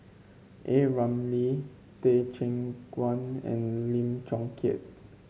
A Ramli Teh Cheang Wan and Lim Chong Keat